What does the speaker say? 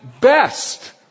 best